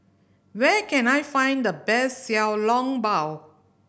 where can I find the best Xiao Long Bao